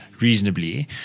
reasonably